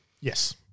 Yes